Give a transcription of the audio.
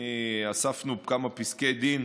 אספנו כמה פסקי דין,